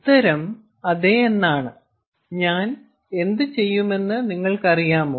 ഉത്തരം അതെ എന്നാണ് ഞാൻ എന്തുചെയ്യുമെന്ന് നിങ്ങൾക്കറിയാമോ